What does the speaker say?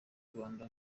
rwanda